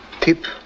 Tip